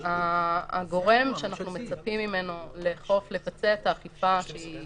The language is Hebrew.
הגורם שאנחנו מצפים ממנו לבצע את האכיפה שהיא